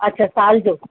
अच्छा साल जो